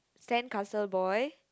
sandcastle boy